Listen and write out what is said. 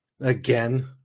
again